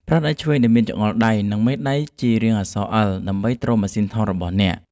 ប្រើដៃឆ្វេងដែលមានចង្អុលដៃ និងមេដៃជារាងអក្សរ អិល ដើម្បីទ្រម៉ាស៊ីនថតរបស់អ្នក។